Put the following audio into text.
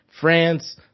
France